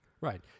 Right